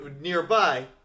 nearby